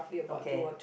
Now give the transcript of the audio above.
okay